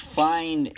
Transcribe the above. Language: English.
find